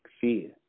Fear